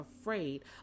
afraid